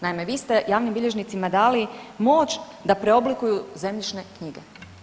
Naime, vi ste javnim bilježnicima dali moć da preoblikuju zemljišne knjige.